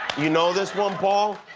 you know this one, paul?